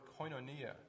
koinonia